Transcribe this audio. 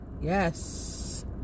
Yes